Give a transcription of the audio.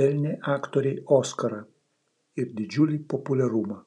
pelnė aktorei oskarą ir didžiulį populiarumą